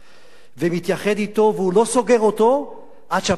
מתייחד אתו, והוא לא סוגר אותו עד שהפרק נסגר,